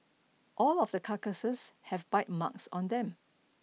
all of the carcasses have bite marks on them